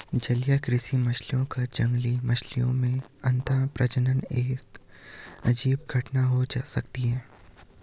जलीय कृषि मछलियों का जंगली मछलियों में अंतःप्रजनन एक अजीब घटना हो सकती है